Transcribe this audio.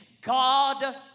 God